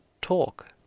talk